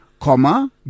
comma